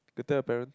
you tell your parents